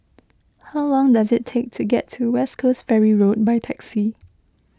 how long does it take to get to West Coast Ferry Road by taxi